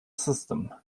system